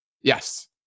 Yes